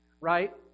Right